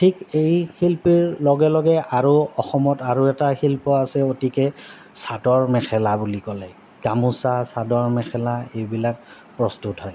ঠিক এই শিল্পীৰ লগে লগে আৰু অসমত আৰু এটা শিল্প আছে গতিকে চাদৰ মেখেলা বুলি ক'লে গামোচা চাদৰ মেখেলা এইবিলাক প্ৰস্তুত হয়